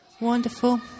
Wonderful